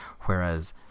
whereas